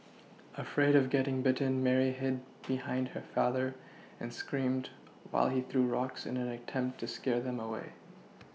afraid of getting bitten Mary hid behind her father and screamed while he threw rocks in an attempt to scare them away